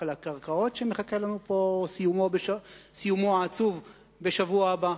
על הקרקעות שסיומו העצוב מחכה לנו בשבוע הבא.